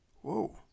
whoa